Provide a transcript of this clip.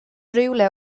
rhywle